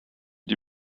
die